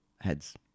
heads